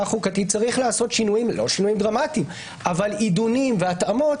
חוקתית יש לעשות שינויים לא דרמטיים אבל עידונים והתאמות